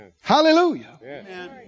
Hallelujah